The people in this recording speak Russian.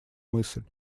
мысль